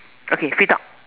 okay free talk